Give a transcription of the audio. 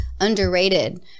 underrated